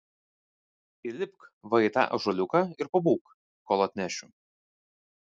įlipk va į tą ąžuoliuką ir pabūk kol atnešiu